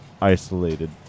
isolated